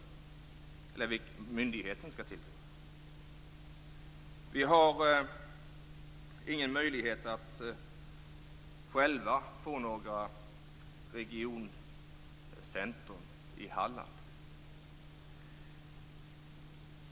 Vi i Halland har ingen möjlighet att själva få något regioncentrum.